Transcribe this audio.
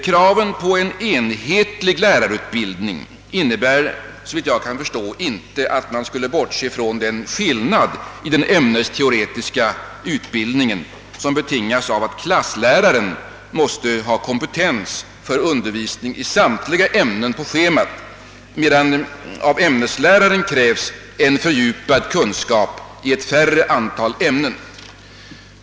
Kraven på en enhetlig lärarutbildning innebär såvitt jag kan förstå inte att man skulle bortse från den skillnad i den ämnesteoretiska utbildningen som betingas av att klassläraren måste ha kompetens för undervisning i samtliga ämnen på schemat, medan av ämnesläraren kräves en fördjupad kunskap i ett färre antal ämnen.